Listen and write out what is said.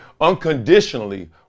unconditionally